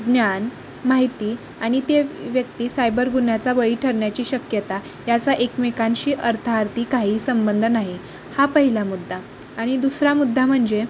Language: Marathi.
ज्ञान माहिती आणि ते व्यक्ती सायबर गुन्ह्याचा बळी ठरण्याची शक्यता याचा एकमेकांशी अर्थार्थी काही संबंध नाही हा पहिला मुद्दा आणि दुसरा मुद्दा म्हणजे